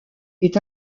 est